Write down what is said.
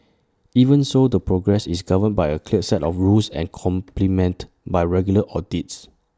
even so the progress is governed by A clear set of rules and complemented by regular audits